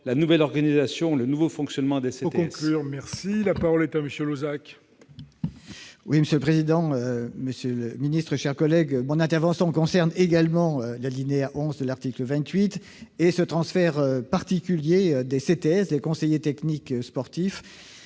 la nouvelle organisation et le nouveau fonctionnement des CTS.